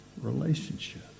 relationship